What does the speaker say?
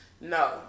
No